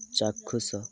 ଚାକ୍ଷୁଷ